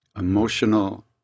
Emotional